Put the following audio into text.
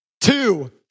Two